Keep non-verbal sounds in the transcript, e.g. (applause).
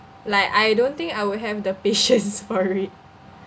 like I don't think I will have the patience (laughs) for it